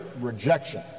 rejection